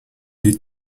die